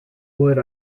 would